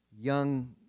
young